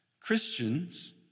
Christians